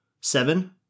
Seven